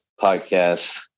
podcast